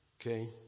Okay